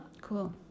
Cool